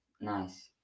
Nice